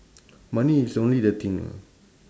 money is only the thing ah